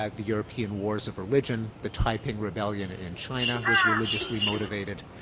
um the european wars of religion, the taiping rebellion in china was religiously motivated.